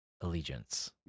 allegiance